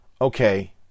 okay